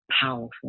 powerful